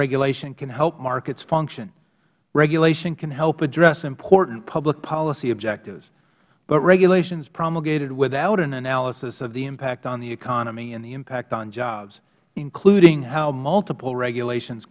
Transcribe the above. regulation can help markets function regulation can help address important publicpolicy objectives but regulations promulgated without an analysis of the impact on the economy and the impact on jobs including how multiple regulations